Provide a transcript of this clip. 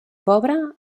pobre